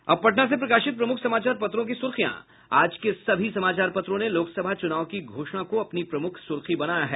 अब पटना से प्रकाशित प्रमुख समाचार पत्रों की सुर्खियां आज के सभी समाचार पत्रों ने लोकसभा चुनाव की घोषणा को अपनी प्रमुख सूर्खी बनाया है